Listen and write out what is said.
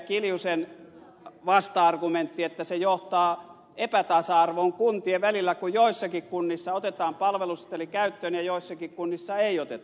kiljusen vasta argumentti että se johtaa epätasa arvoon kuntien välillä kun joissakin kunnissa otetaan palveluseteli käyttöön ja joissakin kunnissa ei oteta